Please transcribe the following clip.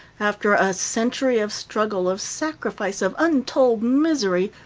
after a century of struggle, of sacrifice, of untold misery,